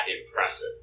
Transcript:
impressive